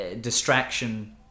Distraction